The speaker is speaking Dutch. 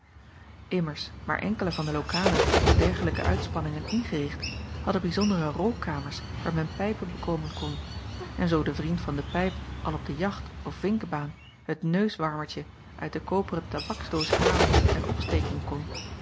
mmers maar enkele van de lokalen tot dergelijke uitspanningen ingericht hadden bijzondere rookkamers waar men pijpen bekomen kon en zoo de acob van ennep laasje evenster delen vriend van de pijp al op de jacht of vinkebaan het neuswarmertje uit de koperen tabaksdoos halen en opsteken kon